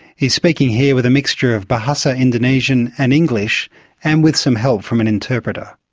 he's speaking here with a mixture of bahasa indonesian and english and with some help from an interpreter.